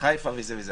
חיפה וכו'.